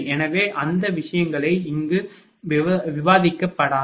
எனவே அந்த விஷயங்கள் இங்கு விவாதிக்கப்படாது